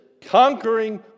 conquering